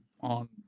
on